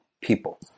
people